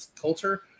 culture